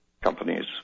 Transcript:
companies